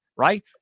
right